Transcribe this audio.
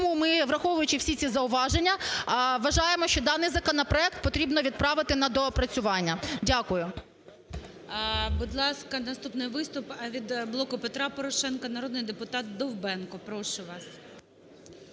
Тому ми, враховуючи всі ці зауваження, вважаємо, що даний законопроект потрібно відправити на доопрацювання. Дякую.